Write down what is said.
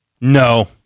no